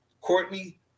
Courtney